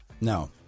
No